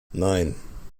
nein